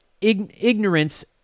ignorance